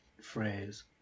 phrase